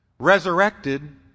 resurrected